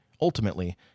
ultimately